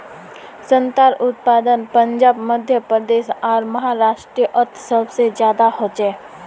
संत्रार उत्पादन पंजाब मध्य प्रदेश आर महाराष्टरोत सबसे ज्यादा होचे